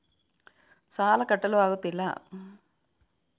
ಸಾಲ ಕಟ್ಟಲು ಆಗುತ್ತಿಲ್ಲ